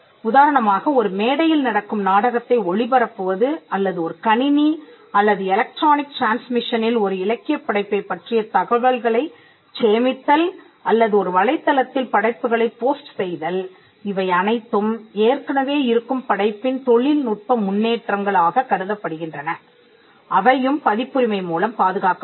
உதாரணமாக ஒரு மேடையில் நடக்கும் நாடகத்தை ஒளிபரப்புவது அல்லது ஒரு கணினி அல்லது எலக்ட்ரானிக் டிரான்ஸ்மிஷனில் ஒரு இலக்கியப் படைப்பைப் பற்றிய தகவல்களைச் சேமித்தல் அல்லது ஒரு வலைத்தளத்தில் படைப்புகளை போஸ்ட் செய்தல் இவை அனைத்தும் ஏற்கனவே இருக்கும் படைப்பின் தொழில்நுட்ப முன்னேற்றங்கள் ஆகக் கருதப்படுகின்றன அவையும் பதிப்புரிமை மூலம் பாதுகாக்கப்படும்